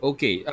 Okay